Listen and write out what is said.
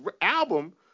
album